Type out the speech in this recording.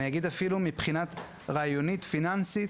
אני אגיד שאפילו מבחינה רעיונית פיננסית,